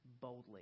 boldly